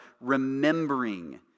remembering